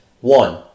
One